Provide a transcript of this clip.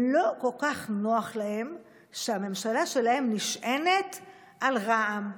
לא כל כך נוח להם שהממשלה שלהם נשענת על רע"מ,